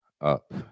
Up